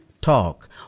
talk